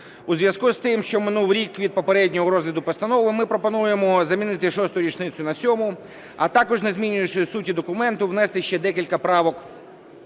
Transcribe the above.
У зв'язку з тим, що минув рік від попереднього розгляду постанови, ми пропонуємо замінити шосту річницю на сьому, а також, не змінюючи суті документу, внести ще декілька правок